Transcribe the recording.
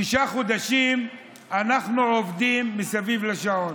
שישה חודשים אנחנו עובדים מסביב לשעון.